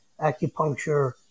acupuncture